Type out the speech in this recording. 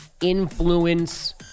influence